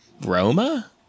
Roma